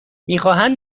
میخواهند